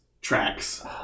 tracks